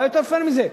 מה יותר פייר מזה?